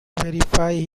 verify